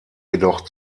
jedoch